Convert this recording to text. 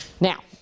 Now